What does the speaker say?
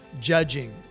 judging